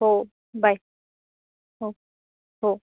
हो बाय हो हो